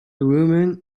woman